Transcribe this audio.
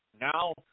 Now